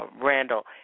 Randall